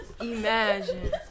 Imagine